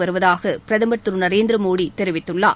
வருவதாக பிரதமர் திரு நரேந்திர மோடி தெரிவித்துள்ளார்